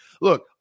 Look